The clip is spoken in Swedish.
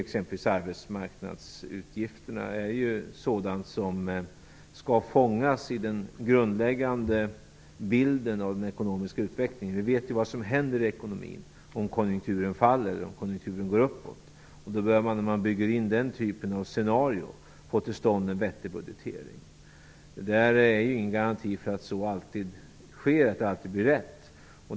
Exempelvis arbetsmarknadsutgifterna är ju sådant som skall fångas i den grundläggande bilden av den ekonomiska utvecklingen. Vi vet ju vad som händer i ekonomin om konjunkturen faller respektive går uppåt. Det är när man bygger in den typen av scenario som man får till stånd en vettig budgetering. Det finns dock ingen garanti för att så alltid sker, att det hela alltid blir rätt.